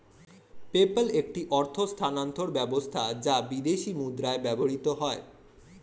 PayPal একটি অর্থ স্থানান্তর ব্যবস্থা যা বিদেশী মুদ্রায় ব্যবহৃত হয়